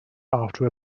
after